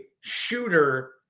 shooter